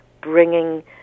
bringing